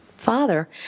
father